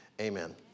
amen